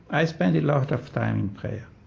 i spend a lot of time in prayer.